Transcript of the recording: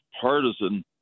partisan